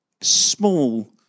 small